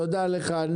תודה לך.